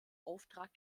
auftrag